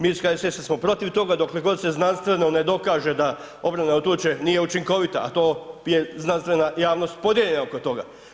Mi iz HSS-a smo protiv toga dokle god se znanstveno ne dokaže da obrana od tuče nije učinkovita, a to je znanstvena javnost podijeljena oko toga.